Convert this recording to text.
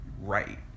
right